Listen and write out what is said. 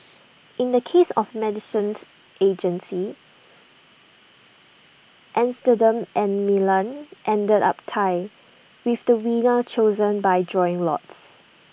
in the case of the medicines agency Amsterdam and Milan ended up tied with the winner chosen by drawing lots